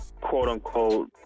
quote-unquote